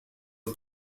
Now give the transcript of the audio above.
das